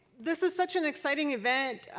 this is such an exciting event.